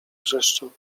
wrzeszczał